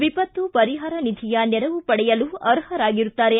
ವಿಪತ್ತು ಪರಿಹಾರ ನಿಧಿಯ ನೆರವು ಪಡೆಯಲು ಅರ್ಹರಾಗಿರುತ್ತಾರೆ